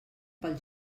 pel